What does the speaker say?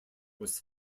was